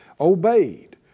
obeyed